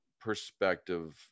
perspective